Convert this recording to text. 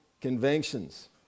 conventions